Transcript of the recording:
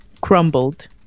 crumbled